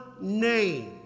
name